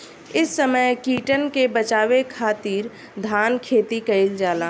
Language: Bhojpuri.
इ समय कीटन के बाचावे खातिर धान खेती कईल जाता